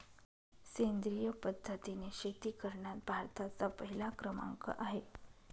सेंद्रिय पद्धतीने शेती करण्यात भारताचा पहिला क्रमांक आहे